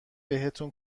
بهتون